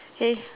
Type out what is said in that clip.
okay